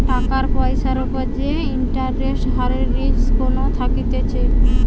টাকার পয়সার উপর যে ইন্টারেস্ট হারের রিস্ক কোনো থাকতিছে